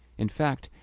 in fact,